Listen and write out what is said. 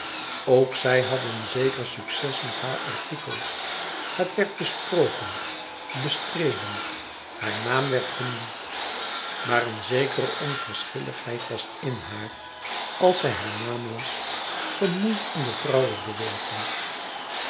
ook zij had een zeker succes met haar artikel het werd besproken bestreden haar naam werd genoemd maar een zekere onverschilligheid was in haar als zij haar naam las gemoeid in de vrouwenbeweging